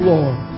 Lord